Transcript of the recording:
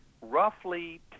roughly